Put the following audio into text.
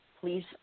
please